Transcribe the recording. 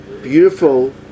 beautiful